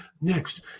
Next